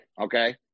Okay